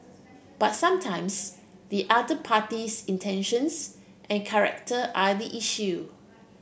but sometimes the other party's intentions and character are the issue